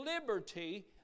liberty